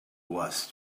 was